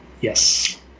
Yes